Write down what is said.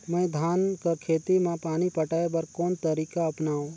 मैं धान कर खेती म पानी पटाय बर कोन तरीका अपनावो?